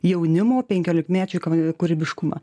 jaunimo penkiolikmečių kūrybiškumą